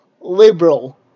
liberal